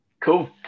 Cool